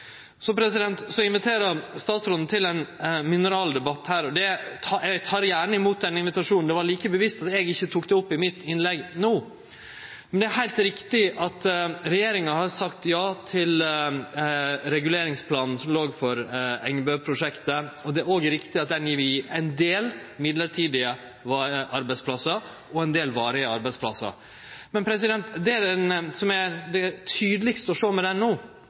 Så inviterer statsråden til ein mineraldebatt her. Eg tek gjerne imot den invitasjonen – det var like bevisst at eg ikkje tok det opp i mitt innlegg no. Det er heilt riktig at regjeringa har sagt ja til reguleringsplanen for Engebøprosjektet, og det er òg riktig at han vil gje ein del midlertidige arbeidsplassar og ein del varige arbeidsplassar. Men det som ein tydeleg kan sjå med denne no, er to ting: Det er for det første at det er ein sterk lokal motstand mot det i den